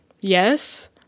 yes